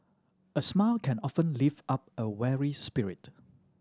a smile can often lift up a weary spirit